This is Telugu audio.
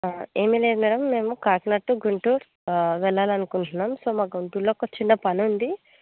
ఏమిలేదు మేడం కాకినాడ టు గుంటూరు వెళ్ళాలి అనుకుంటున్నము సో గుంటూరులో చిన్న పని ఉంది